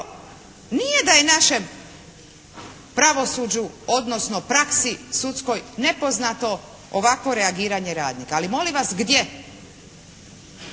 nije da je našem pravosuđu, odnosno praksi sudskoj nepoznato ovakvo reagiranje radnika. Ali molim vas gdje?